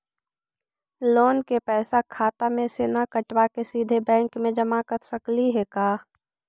Loan के पैसा खाता मे से न कटवा के सिधे बैंक में जमा कर सकली हे का?